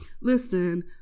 listen